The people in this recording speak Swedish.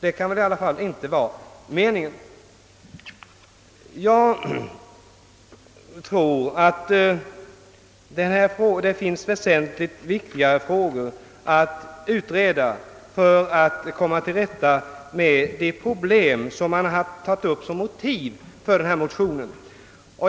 Det kan väl i alla fall inte vara meningen, Jag tror att det finns betydligt viktigare frågor att utreda för att komma till rätta med de problem som man har tagit upp som motiv för denna motion.